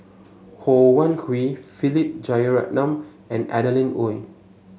Ho Wan Hui Philip Jeyaretnam and Adeline Ooi